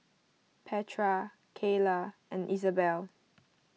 Petra Keila and Isabel